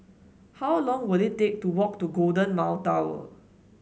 how long will it take to walk to Golden Mile Tower